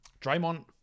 Draymond